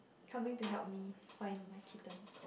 coming to help me find my kitten